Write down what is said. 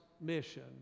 mission